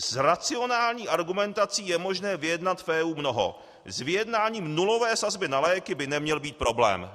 S racionální argumentací je možné vyjednat v EU mnoho, s vyjednáním nulové sazby na léky by neměl být problém.